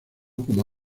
como